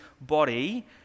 body